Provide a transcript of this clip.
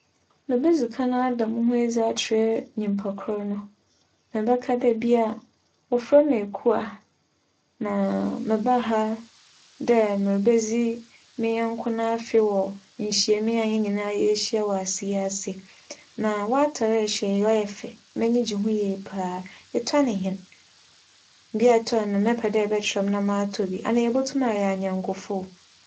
Mebedzi kan ada moho edzi akyerɛ nyimpa kor no. Mebɛka dɛ ebia wͻfrɛ me Ekuwa, na mebaa ha dɛ merebedzi me nyɛnko n'afe wͻ nhyiamu a hɛn nyinara yehyia wͻ ase yi ase. Na w'atar a ehyɛ yi ͻyɛ fɛw na m'enyi gye ho yie paa. Etͻ no hɛn. Bea a etͻ no no mebɛpɛ dɛ ebɛkyerɛ me na m'atͻ bi. Ana yebotum ayɛ anyɛnkofo.